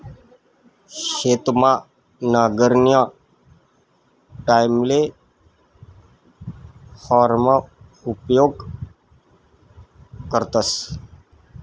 शेतमा नांगरणीना टाईमले हॅरोना उपेग करतस